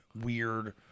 weird